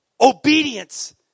Obedience